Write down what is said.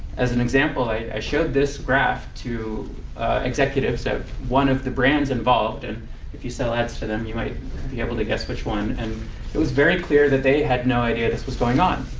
as an example, i showed this graph to executives at one of the brands involved. and if you sell ads to them, you might be able to guess which one. and it was very clear that they had no idea this was going on.